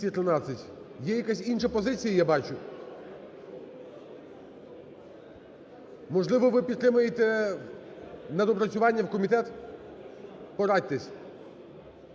Є якась інша позиція, я бачу? Можливо, ви підтримуєте на доопрацювання в комітет? Порадьтесь.